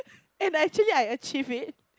and I actually I achieved it